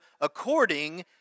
according